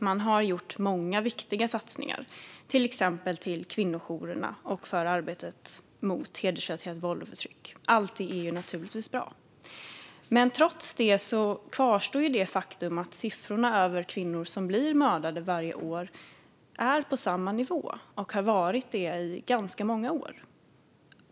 Man har gjort många viktiga satsningar, till exempel på kvinnojourerna och på arbetet mot hedersrelaterat våld och förtryck. All det är givetvis bra. Men faktum kvarstår att siffrorna över kvinnor som blir mördade varje år ligger kvar på samma nivå och har gjort så i ganska många år.